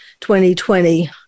2020